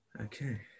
okay